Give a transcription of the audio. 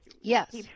Yes